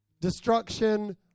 destruction